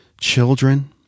children